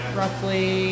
roughly